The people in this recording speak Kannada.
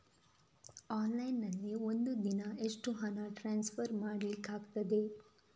ಆನ್ಲೈನ್ ನಲ್ಲಿ ಒಂದು ದಿನ ಎಷ್ಟು ಹಣ ಟ್ರಾನ್ಸ್ಫರ್ ಮಾಡ್ಲಿಕ್ಕಾಗ್ತದೆ?